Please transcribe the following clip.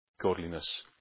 godliness